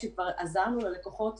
כשכבר עזרו ללקוחות